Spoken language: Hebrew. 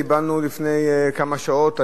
קיבלנו לפני כמה שעות,